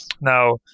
Now